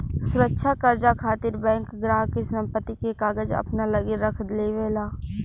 सुरक्षा कर्जा खातिर बैंक ग्राहक के संपत्ति के कागज अपना लगे रख लेवे ला